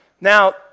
Now